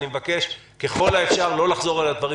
אני מבקש ככל האפשר לא לחזור על הדברים